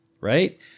right